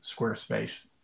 Squarespace